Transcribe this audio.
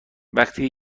وقتی